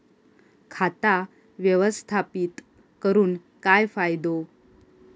खाता व्यवस्थापित करून काय फायदो?